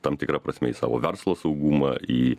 tam tikra prasme į savo verslo saugumą į